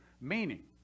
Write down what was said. Meaning